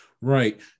Right